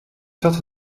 sorte